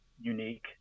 unique